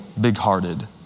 big-hearted